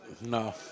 No